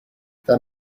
there